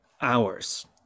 hours